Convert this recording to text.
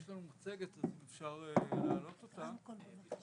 יש לנו מצגת, אם אפשר להעלות אותה.